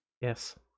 Yes